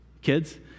Kids